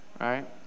right